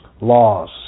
laws